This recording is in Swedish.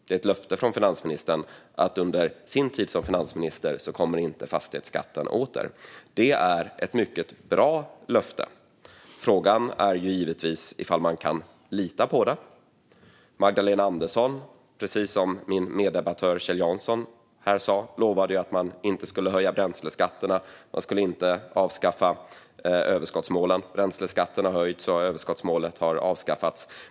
Det är ett löfte från finansministern att under hans tid som finansministern kommer inte fastighetsskatten åter. Det är ett mycket bra löfte. Frågan är givetvis om man kan lita på det. Precis som min meddebattör Kjell Jansson sa lovade Magdalena Andersson att man inte skulle höja bränsleskatterna och att man inte skulle avskaffa överskottsmålet. Bränsleskatterna har höjts, och överskottsmålet har avskaffats.